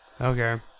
Okay